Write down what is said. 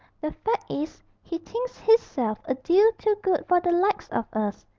the fact is, he thinks hisself a deal too good for the likes of us,